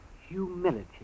Humility